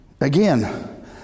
again